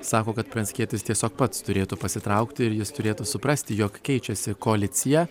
sako kad pranckietis tiesiog pats turėtų pasitraukti ir jis turėtų suprasti jog keičiasi koalicija